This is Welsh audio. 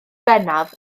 bennaf